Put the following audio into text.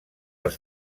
els